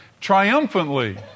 triumphantly